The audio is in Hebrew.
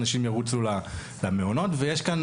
אנשים ירוצו למעונות ויש כאן,